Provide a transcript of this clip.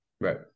Right